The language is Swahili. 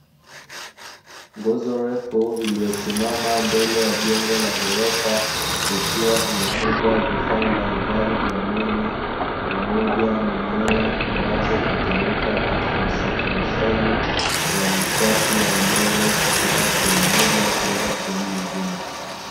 Nguzo ndefu iliyosimama mbele ya jengo la ghorofa ikiwa imefungwa vifaa mbalimbali vya umeme, pamoja na nyaya ambazo hutumika katika usafirishaji wa nishati ya umeme kutoka sehemu moja kwenda sehemu nyingine.